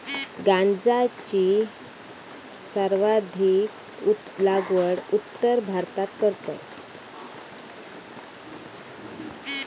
गांजाची सर्वाधिक लागवड उत्तर भारतात करतत